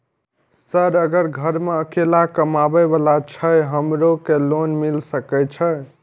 Sir अगर घर में अकेला कमबे वाला छे हमरो के लोन मिल सके छे?